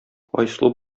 айсылу